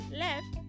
left